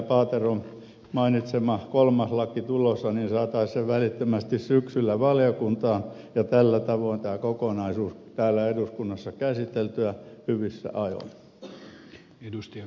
paateron mainitsema kolmas laki tulossa niin saataisiin se välittömästi syksyllä valiokuntaan ja tällä tavoin tämä kokonaisuus täällä eduskunnassa käsiteltyä hyvissä ajoin